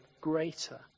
greater